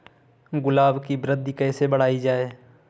गुलाब की वृद्धि कैसे बढ़ाई जाए?